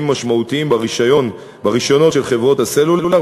משמעותיים ברישיונות של חברות הסלולר,